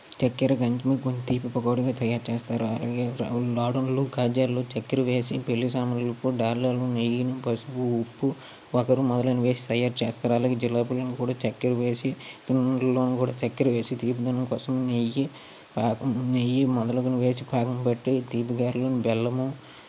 చెక్కర కొంచెం తీపి పకోడిగా తయారు చేస్తారు అలాగే రా రవ్వుండలు కాజాలు చెక్కర వేసి పెళ్ళి సామన్లకు డాల్డాను నెయ్యిని పసుపు ఉప్పు ఒగరు మొదలైనవి వేసి తయారుచేస్తారు అలాగే జీలేబీలను కూడా చెక్కర వేసి సున్నుండలో కూడా చెక్కర వేసి తీపిదనం కోసం నెయ్యి పాకం నెయ్యి మొదలగునవి వేసి పాకం పట్టి తీపి గారెలు బెల్లం